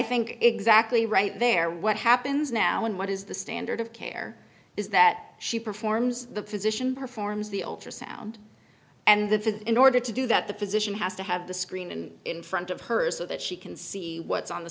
think exactly right there what happens now and what is the standard of care is that she performs the position performs the ultrasound and the fifth in order to do that the physician has to have the screen in in front of her so that she can see what's on the